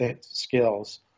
skills